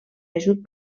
ajut